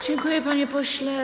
Dziękuję, panie pośle.